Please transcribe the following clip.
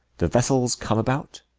the vessel s come about.